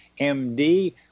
MD